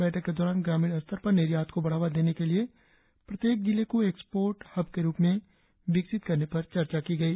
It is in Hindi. बैठक के दौरान ग्रामीण स्तर पर निर्यात को बढ़ावा देने के लिए प्रत्येक जिले को एक्सपोर्ट हब के रुप में विकसित करने पर चर्चा की गई